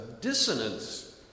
dissonance